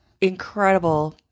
incredible